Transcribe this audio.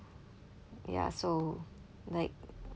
ya so like